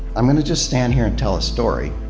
i'm gonna just stand here and tell a story.